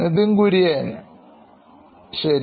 Nithin Kurian COO Knoin Electronics ശരി